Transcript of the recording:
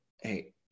Hey